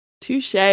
Touche